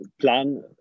plan